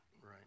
Right